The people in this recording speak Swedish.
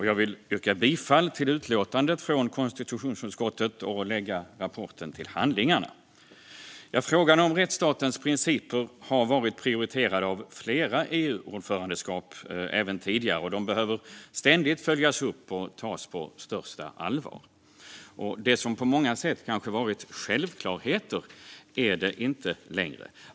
Jag vill yrka bifall till förslaget i utlåtandet från konstitutionsutskottet att lägga rapporten till handlingarna. Frågorna om rättsstatens principer har varit prioriterade av flera EU-ordförandeskap även tidigare, och de behöver ständigt följas upp och tas på största allvar. Det som på många sätt kanske varit självklarheter är det inte längre.